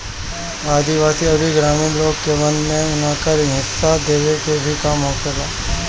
आदिवासी अउरी ग्रामीण लोग के वन में उनकर हिस्सा देवे के भी काम होखेला